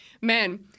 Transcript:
man